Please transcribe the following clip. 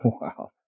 Wow